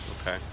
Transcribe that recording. Okay